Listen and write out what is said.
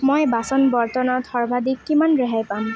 মই বাচন বৰ্তনত সৰ্বাধিক কিমান ৰেহাই পাম